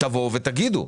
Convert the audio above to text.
תבואו ותגידו.